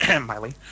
Miley